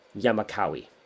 Yamakawi